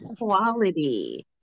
quality